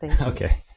Okay